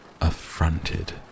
affronted